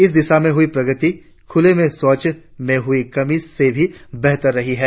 इस दिशा में हुई प्रगति खुले में शौच में हुई कमी से भी बेहतर रही है